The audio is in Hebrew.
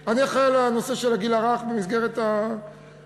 אני אחראי לנושא הגיל הרך במסגרת הסיכומים